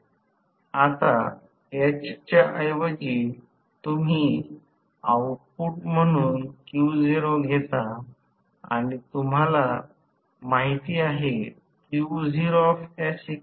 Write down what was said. तर जास्तीत जास्त आरंभिक torque Smax T 1 r2 x 2 या स्थितीत साध्य झाला आहे आणि आरंभ करताना S 1 असे गृहेत धरले तर ते r2 S2 असेल